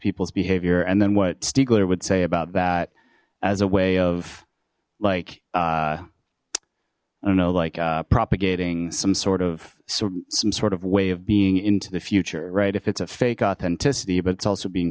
people's behavior and then what stiegler would say about that as a way of like i don't know like propagating some sort of some sort of way of being into the future right if it's a fake authenticity but it's also being